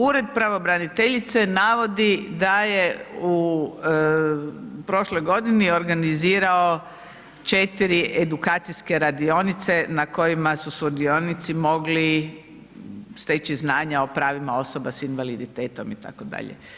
Ured pravobraniteljice navodi da je u prošloj godini organizirao 4 edukacijske radionice na kojima su sudionici mogli steći znanja o pravima osoba s invaliditetom itd.